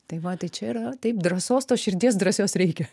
tai va tai čia yra taip drąsos tos širdies drąsios reikia